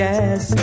Yes